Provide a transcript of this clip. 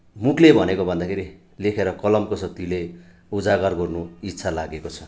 मुखले भनेको भन्दाखेरि लेखेर कलमको शक्तिले उजागर गर्नु इच्छा लागेको छ